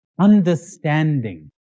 understanding